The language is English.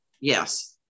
Yes